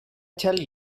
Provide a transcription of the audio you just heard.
tell